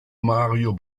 mario